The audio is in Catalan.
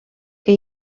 que